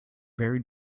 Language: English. very